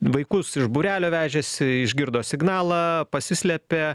vaikus iš būrelio vežėsi išgirdo signalą pasislėpė